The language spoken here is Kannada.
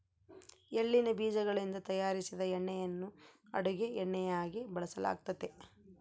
ಎಳ್ಳಿನ ಬೀಜಗಳಿಂದ ತಯಾರಿಸಿದ ಎಣ್ಣೆಯನ್ನು ಅಡುಗೆ ಎಣ್ಣೆಯಾಗಿ ಬಳಸಲಾಗ್ತತೆ